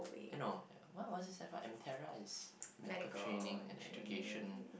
eh no wha~ what was this stands for M_T_E_R_A is medical training and education